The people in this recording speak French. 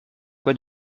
quoi